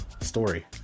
story